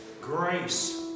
grace